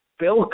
Bill